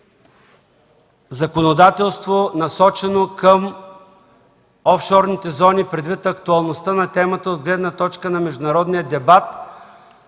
законодателство, насочено към офшорните зони предвид актуалността на темата от гледна точна на международния дебат